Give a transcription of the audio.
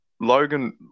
Logan